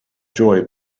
joy